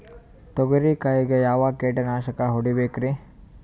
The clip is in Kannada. ತೊಗರಿ ಕಾಯಿಗೆ ಯಾವ ಕೀಟನಾಶಕ ಹೊಡಿಬೇಕರಿ?